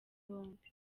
bombi